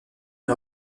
une